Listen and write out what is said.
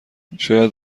شاید